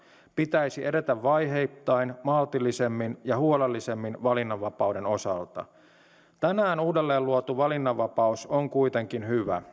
pitäisi edetä vaiheittain maltillisemmin ja huolellisemmin valinnanvapauden osalta tänään uudelleen luotu valinnanvapaus on kuitenkin hyvä